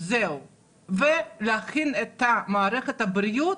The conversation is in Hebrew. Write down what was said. ולהכין את מערכת הבריאות